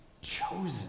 chosen